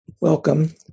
Welcome